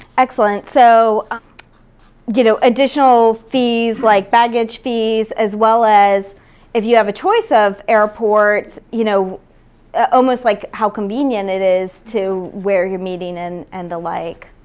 excellent. so ah you know, additional fees like baggage fees as well as if you have a choice of airports, you know ah almost like how convenient it is to where you're meeting and and the like.